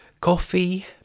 Coffee